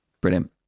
Brilliant